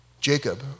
Jacob